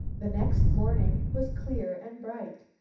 the next morning was clear and bright.